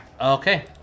Okay